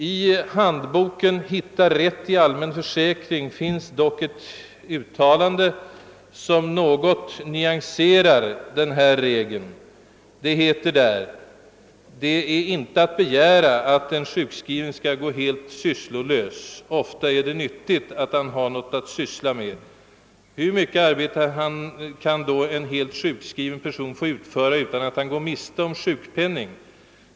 I handboken »Hitta rätt i allmän försäkring» finns dock ett uttalande som något nyanserar denna regel. Där står följande: »Det är heller inte att begära, att en sjukskriven skall gå helt sysslolös. Ofta är det nyttigt att han har något att pyssla med. Hur mycket arbete kan då en helt sjukskriven person få utföra utan att han går miste om sjukpenning?